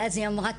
ואז היא אמרה,